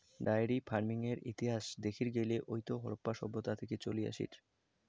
diary ফার্মিংয়ের ইতিহাস দেখির গেইলে ওইতো হারাপ্পা সভ্যতা থাকি চলি আসির